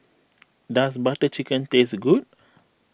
does Butter Chicken taste good